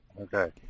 Okay